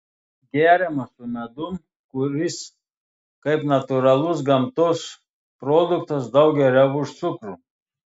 geriamas su medum kuris kaip natūralus gamtos produktas daug geriau už cukrų